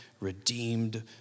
redeemed